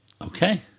Okay